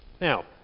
Now